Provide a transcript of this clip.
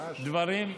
דברים,